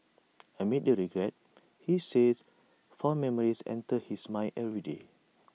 amid the regret he says fond memories enter his mind every day